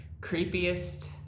Creepiest